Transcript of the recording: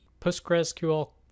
postgresql